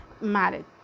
marriage